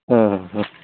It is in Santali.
ᱦᱮᱸ ᱦᱮᱸ